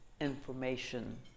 information